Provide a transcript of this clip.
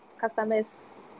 customers